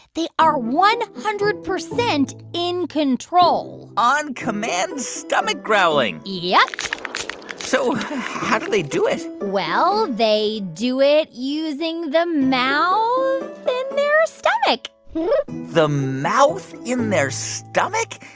they are one hundred percent in control? on-command stomach growling? yep so how do they do it? well, they do it using the mouth in their stomach the mouth in their stomach?